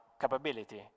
Capability